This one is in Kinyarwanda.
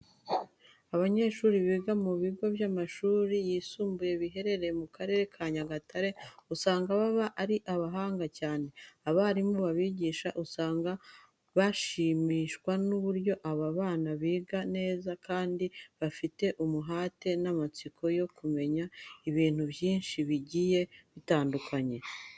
Abanyeshuri biga mu bigo by'amashuri yisumbuye biherereye mu Karere ka Nyagatare usanga baba ari abahanga cyane. Abarimu babigisha usanga bashimishwa n'uburyo aba bana biga neza kandi bafite umuhate n'amatsiko yo kumenya ibintu byinshi bigiye bitandukanye.